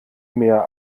mehr